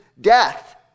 death